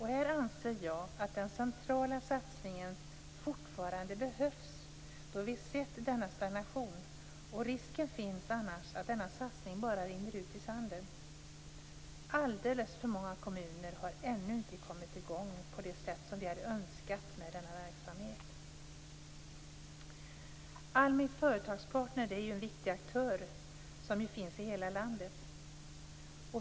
Här anser jag att den centrala satsningen fortfarande behövs, då vi har sett denna stagnation. Risken finns annars att denna satsning bara rinner ut i sanden. Alldeles för många kommuner har ännu inte kommit i gång med denna verksamhet på det sätt som vi hade önskat. ALMI Företagspartner är en viktig aktör, som finns i hela landet.